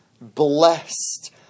blessed